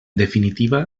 definitiva